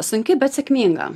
sunki bet sėkminga